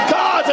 God